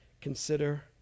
consider